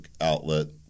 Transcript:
outlet